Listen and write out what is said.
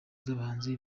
z’abahanzi